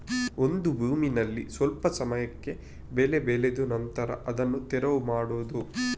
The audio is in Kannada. ಒಂದು ಭೂಮಿನಲ್ಲಿ ಸ್ವಲ್ಪ ಸಮಯಕ್ಕೆ ಬೆಳೆ ಬೆಳೆದು ನಂತ್ರ ಅದನ್ನ ತೆರವು ಮಾಡುದು